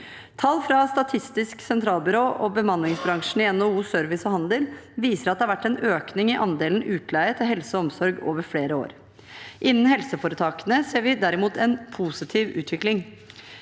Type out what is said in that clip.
Tall fra Statistisk sentralbyrå og bemanningsbransjen i NHO Service og handel viser at det har vært en økning i andelen utleie til helse og omsorg over flere år. Innen helseforetakene ser vi derimot en positiv utvikling.